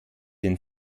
den